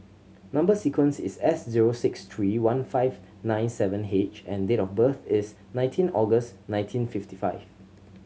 number sequence is S zero six three one five nine seven H and date of birth is nineteen August nineteen fifty five